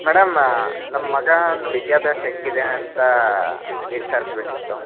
madam ನಮ್ಮ ಮಗನ್ ವಿದ್ಯಾಭ್ಯಾಸ ಹೆಂಗಿದೆ ಅಂತ ವಿಚಾರಿಸ್ಬೇಕಿತ್ತು